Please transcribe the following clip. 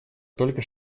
только